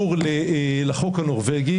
שקשור לחוק הנורבגי,